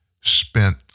spent